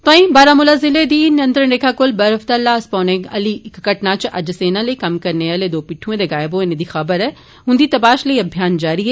तोआंई बारामुला जिले दी नियंत्रण रेखा कोल बर्फ दा लास पौने आली घटना इच अज्ज सेना लेई कम्म कने आले दो पिट्ढुएं दे गायब होने दी खबर ऐ उन्दी तपाश लेई अभियान जारी ऐ